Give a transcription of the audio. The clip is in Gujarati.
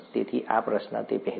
તેથી આ પ્રશ્ન તે પહેલાં